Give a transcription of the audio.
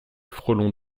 frelons